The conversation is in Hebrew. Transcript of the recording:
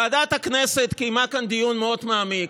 ועדת הכנסת קיימה כאן דיון מאוד מעמיק,